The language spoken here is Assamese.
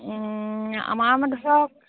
আমাৰ ধৰক